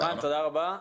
תודה רבה.